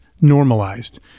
normalized